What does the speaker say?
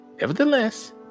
Nevertheless